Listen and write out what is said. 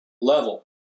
level